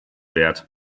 wert